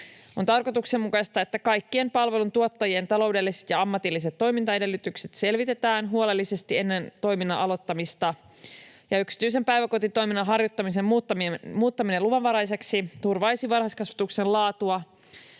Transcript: On tarkoituksenmukaista, että kaikkien palveluntuottajien taloudelliset ja ammatilliset toimintaedellytykset selvitetään huolellisesti ennen toiminnan aloittamista ja yksityisen päiväkotitoiminnan harjoittamisen muuttaminen luvanvaraiseksi turvaisi varhaiskasvatuksen laatua,